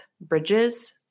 bridges